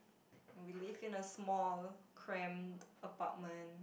and we live in a small cramped apartment